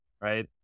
right